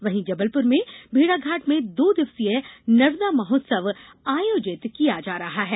वहीं जबलपुर के भेड़ाघाट में दो दिवसीय नर्मदा महोत्सव आयोजित किया जा रहा है